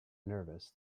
nervous